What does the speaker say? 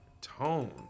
tone